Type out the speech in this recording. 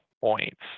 points